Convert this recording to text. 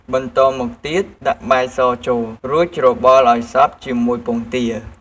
បន្តមកទៀតដាក់បាយសចូល រួចច្របល់ឱ្យសព្វជាមួយពងទា។